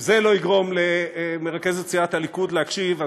אם זה לא יגרום למרכזת סיעת הליכוד להקשיב,